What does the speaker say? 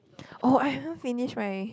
oh I haven't finished mine